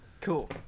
Cool